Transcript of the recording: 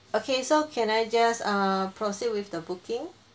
okay so can I just err proceed with the booking